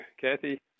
Kathy